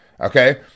Okay